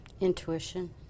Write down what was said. intuition